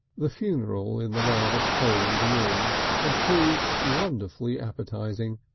the funeral in the rather cold wind had proved wonderfully appetising,